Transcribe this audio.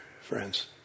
friends